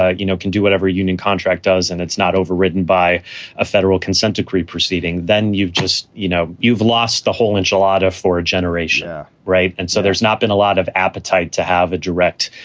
you know can do whatever a union contract does and it's not overridden by a federal consent decree proceeding. then you've just you know, you've lost the whole enchilada for a generation. right. and so there's not been a lot of appetite to have a direct,